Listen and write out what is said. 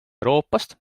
euroopast